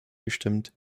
gestimmt